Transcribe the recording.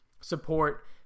support